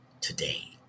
today